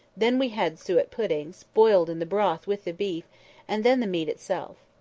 then we had suet puddings, boiled in the broth with the beef and then the meat itself.